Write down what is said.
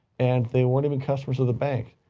and they weren't even customers of the bank.